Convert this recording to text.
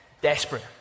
Desperate